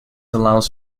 allows